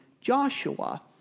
Joshua